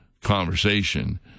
conversation